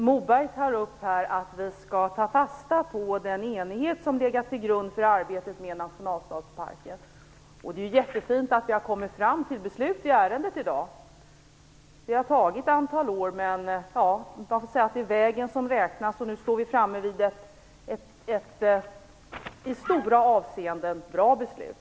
Herr talman! Carina Moberg säger att vi skall ta fasta på den enighet som har legat till grund för arbetet med nationalstadsparken. Det är jättefint att vi har kommit fram till beslut i ärendet i dag, även om det har gått ett antal år - men det är ju vägen som räknas. Vi står nu inför ett i många avseenden bra beslut.